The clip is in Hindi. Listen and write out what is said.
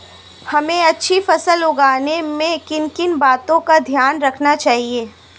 हमें अच्छी फसल उगाने में किन किन बातों का ध्यान रखना चाहिए?